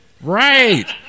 Right